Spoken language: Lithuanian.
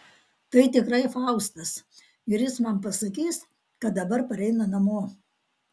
tai tikrai faustas ir jis man pasakys kad dabar pareina namo